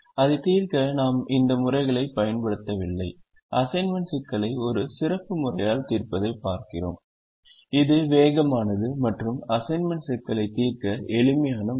அதைத் தீர்க்க நாம் அந்த முறைகளைப் பயன்படுத்தவில்லை அசைன்மென்ட் சிக்கலை ஒரு சிறப்பு முறையால் தீர்ப்பதைப் பார்க்கிறோம் இது வேகமானது மற்றும் அசைன்மென்ட் சிக்கலைத் தீர்க்க எளிமையான முறை